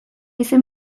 izen